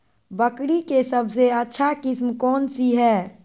बकरी के सबसे अच्छा किस्म कौन सी है?